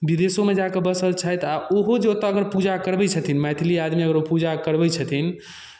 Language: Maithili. विदेशोमे जा कऽ बसल छथि आ ओहो जे ओतय अगर पूजा करबै छथिन मैथिली आदमी अगर ओ पूजा करबै छथिन